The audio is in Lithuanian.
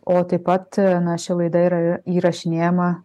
o taip pat na ši laida yra įrašinėjama